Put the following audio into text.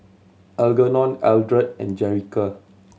Algernon Eldred and Jerica